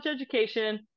education